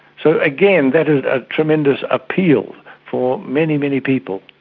so again, that is a tremendous appeal for many, many people.